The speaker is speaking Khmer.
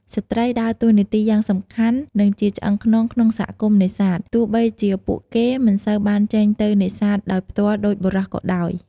ស្ត្រីដើរតួនាទីយ៉ាងសំខាន់ និងជាឆ្អឹងខ្នងក្នុងសហគមន៍នេសាទ ទោះបីជាពួកគេមិនសូវបានចេញទៅនេសាទដោយផ្ទាល់ដូចបុរសក៏ដោយ។